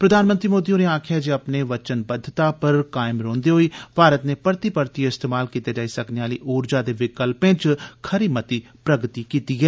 प्रधानमंत्री मोदी होरें आक्खेआ जे अपने वचनबद्वता पर कायम रौंह्दे होई भारत नै परती परतियै इस्तेमाल कीते जाई सकने आली ऊर्जा दे विकल्पें च खरी मती प्रगति कीती ऐ